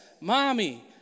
mommy